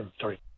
sorry